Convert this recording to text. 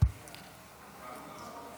עשר דקות,